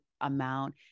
amount